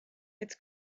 its